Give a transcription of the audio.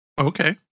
okay